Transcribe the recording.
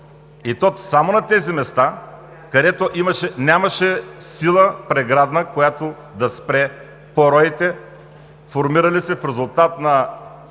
и то само на тези места, където нямаше преградна сила, която да спре пороите, формирали се в резултат на